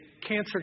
cancer